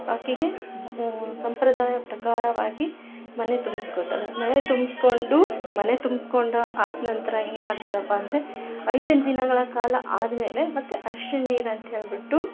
ಆಕೆಗೆ ಸಂಪ್ರದಾಯದ ಪ್ರಕಾರವಾಗಿ ಮನೆ ತುಂಬ್ಸ್ಕೊಳ್ತಾರೆ ಮನೆ ತುಂಬ್ಸ್ಕೊಂಡು ಮನೆ ತುಂಬ್ಸ್ಕೊಂಡು ಆದ್ನಂತರ ಏನು ಮಾಡ್ತಾರಪ್ಪ ಅಂದರೆ ಐದು ದಿನಗಳ ಕಾಲ ಆದ ಮೇಲೆ ಮತ್ತೆ ಅರ್ಶಿನ ನೀರು ಅಂತೇಳ್ಬಿಟ್ಟು